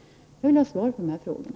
Jag vill ha svar på de här frågorna.